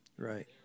Right